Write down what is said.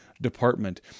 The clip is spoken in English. department